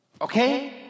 okay